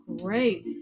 great